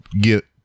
Get